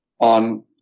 on